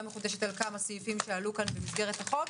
מחודשת על כמה סעיפים שעלו כאן במסגרת החוק.